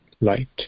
light